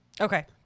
Okay